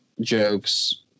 jokes